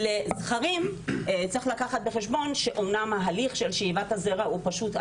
לזכרים צריך לקחת בחשבון שאמנם ההליך של שאיבת הזרע הוא פשוט,